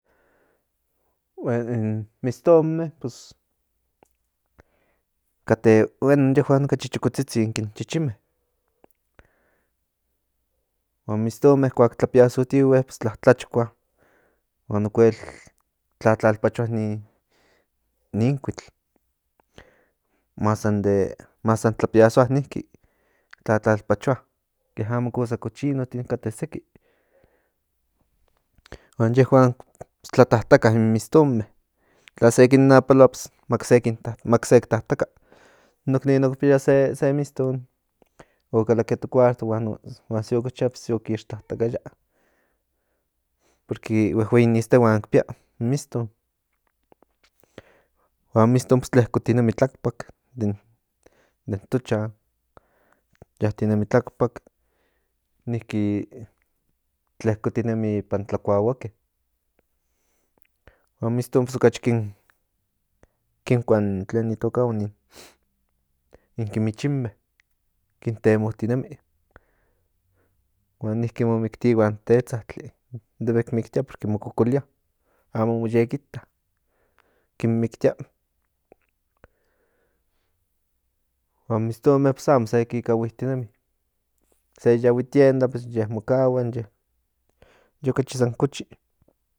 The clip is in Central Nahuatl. In mistonme pues kate bueno inyehuan okachi chokotzitzin ken chichinme huan mistonme kuak tlapiasotihue tlatlachkua huan okuel tlatlalpachoa nin kuitl mas san tlapiasoa niki tlatlalpachoa ke amo cosas cochinotin kate seki huan yehuan ntlatataka in mistonme tal se kin napaloa se tataka maka in noknin ok piaya se miston okalakia to kuarto huan se yo cochia se ocochia ps se ok kix tatakaya porque huehuei ni istehuan pia in miston huan miston tlekotinemi tlakpak den tochan yatinemi tlakpak niki tlekotinemi ipan tlakuahuake huan miston okachi kinkua in tlen itokahuan in kimichinme kin temotinemi huan niki mo miktia ihuan tetzatli debe ki miktia porque mo kokoliaamo amo yek ita kin miktia huan mistonme amo se kikahuitinemi se yahui tienda in ye mo kahua in ye okachi san cochi